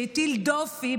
שהטיל דופי,